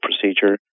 procedure